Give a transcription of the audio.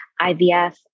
IVF